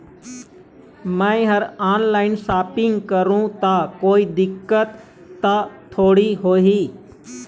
मैं हर online shopping करू ता कोई दिक्कत त थोड़ी होही?